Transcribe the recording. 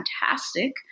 fantastic